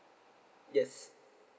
yes